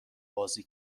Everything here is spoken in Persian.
بازی